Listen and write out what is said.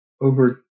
over